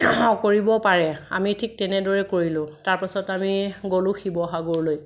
কৰিব পাৰে আমি ঠিক তেনেদৰে কৰিলোঁ তাৰপাছত আমি গ'লোঁ শিৱসাগৰলৈ